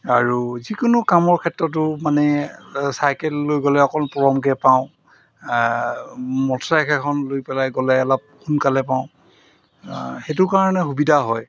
আৰু যিকোনো কামৰ ক্ষেত্ৰতো মানে চাইকেল লৈ গ'লে অকল পৰমকৈ পাওঁ মটৰ চাইকেলখন লৈ পেলাই গ'লে অলপ সোনকালে পাওঁ সেইটো কাৰণে সুবিধা হয়